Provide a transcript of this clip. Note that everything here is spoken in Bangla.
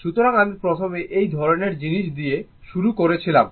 সুতরাং আমি প্রথমে এই ধরণের জিনিস দিয়ে শুরু করেছিলাম